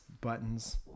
buttons